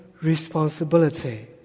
responsibility